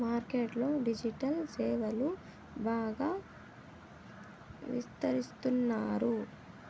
market లో digital సేవలు బాగా విస్తరిస్తున్నారు